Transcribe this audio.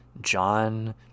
John